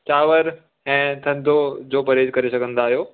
चांवर ऐं थधो जो परहेज करे सघंदा आहियो